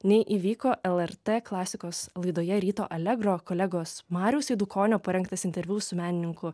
nei įvyko lrt klasikos laidoje ryto alegro kolegos mariaus eidukonio parengtas interviu su menininku